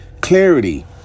clarity